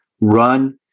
run